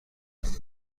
ببینم